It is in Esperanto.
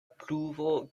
pruvo